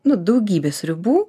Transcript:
nu daugybė sriubų